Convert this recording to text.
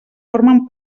formen